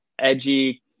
edgy